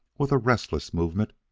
with a restless movement,